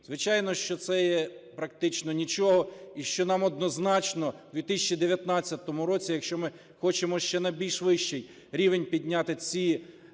Звичайно, що це є практично нічого і що нам однозначно у 2019 році, якщо ми хочемо ще на більш вищий рівень підняти ці